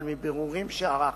אבל מבירורים שערכתי,